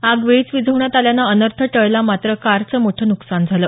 आग वेळीच विझवण्यात आल्याने अनर्थ टळला मात्र कारचं मोठं नुकसान झालं